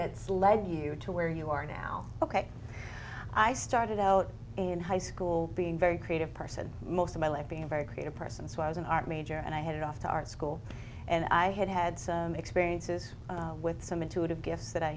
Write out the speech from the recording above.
that's led you to where you are now ok i started out in high school being very creative person most of my life being a very creative person so i was an art major and i headed off to art school and i had had some experiences with some intuitive gifts that i